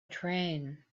train